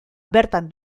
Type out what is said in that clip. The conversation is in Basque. bertan